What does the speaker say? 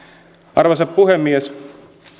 arvoisa puhemies